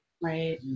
Right